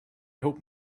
hope